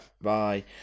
Bye